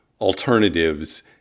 alternatives